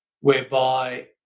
whereby